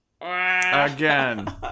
Again